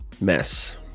mess